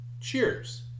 Cheers